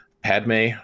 Padme